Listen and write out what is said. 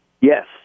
Yes